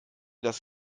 das